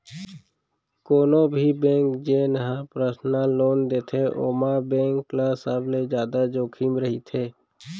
कोनो भी बेंक जेन ह परसनल लोन देथे ओमा बेंक ल सबले जादा जोखिम रहिथे